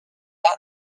alors